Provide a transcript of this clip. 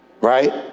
right